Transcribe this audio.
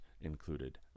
included